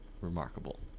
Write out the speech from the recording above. remarkable